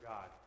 God